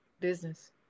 business